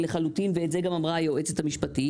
לחלוטין, ואת זה גם אמה היועצת המשפטית.